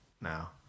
now